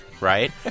right